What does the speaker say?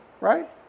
Right